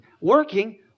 working